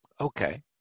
Okay